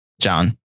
John